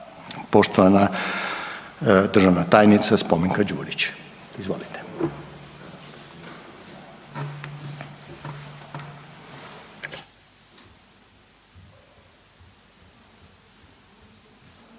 Poštovana državna tajnica Spomenka Đurić. Izvolite.